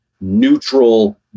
neutral